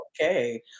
Okay